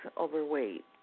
overweight